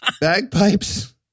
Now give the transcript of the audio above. bagpipes